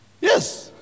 Yes